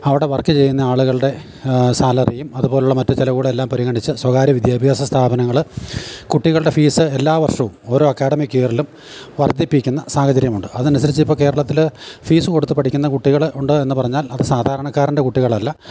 അവരുടെ വർക്ക് ചെയ്യുന്ന ആളുകളുടെ സാലറിയും അതുപോലുള്ള മറ്റ് ചിലവൂടെല്ലാം പരിഗണച്ച് സ്വകാര്യ വിദ്യാഭ്യാസ സ്ഥാപനങ്ങൾ കുട്ടികളുടെ ഫീസ്സ് എല്ലാ വർഷവും ഓരോ അക്കാഡമിക്ക് ഇയർലും വർധിപ്പിക്കുന്ന സാഹചര്യമുണ്ട് അത് അനുസരിച്ച് ഇപ്പം കേരളത്തിൽ ഫീസ്സ് കൊടുത്ത് പഠിക്കുന്ന കുട്ടികൾ ഉണ്ട് എന്ന് പറഞ്ഞാൽ അത് സാധാരണക്കാരൻ്റെ കുട്ടികൾ അല്ല